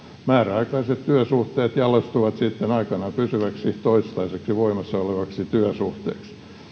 määräaikaiset työsuhteet jalostuvat sitten aikanaan pysyviksi toistaiseksi voimassa oleviksi työsuhteiksi